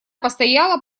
постояла